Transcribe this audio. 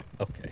Okay